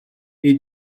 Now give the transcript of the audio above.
est